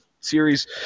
series